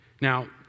Now